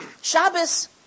Shabbos